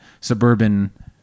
suburban